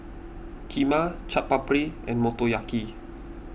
Kheema Chaat Papri and Motoyaki